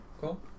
cool